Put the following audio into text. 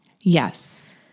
Yes